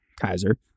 Kaiser